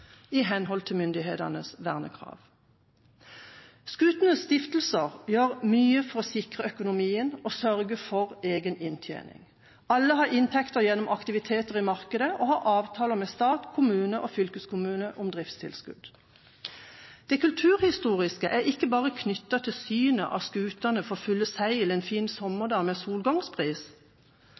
i henhold til myndighetenes vernekrav. Skutenes stiftelser gjør mye for å sikre økonomien og sørge for egen inntjening. Alle har inntekter gjennom aktiviteter i markedet og avtaler med stat, kommune og fylkeskommune om driftstilskudd. Det kulturhistoriske er ikke bare knyttet til synet av skutene for fulle seil en fin